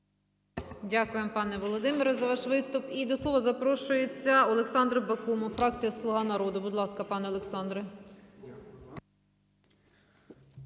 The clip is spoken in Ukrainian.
Дякуємо, пане Володимире, за ваш виступ. І до слова запрошується Олександр Бакумов, фракція "Слуга народу". Будь ласка, пане Олександре.